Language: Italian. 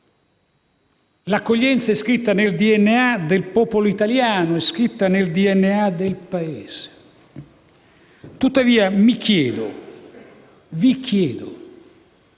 L'accoglienza è scritta nel DNA del popolo italiano e del Paese. Tuttavia, mi chiedo e vi chiedo